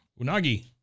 Unagi